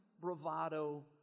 bravado